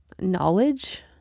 knowledge